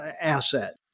asset